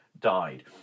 died